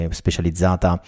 specializzata